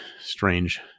strange